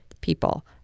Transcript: people